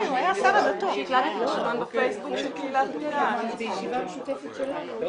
הישיבה ננעלה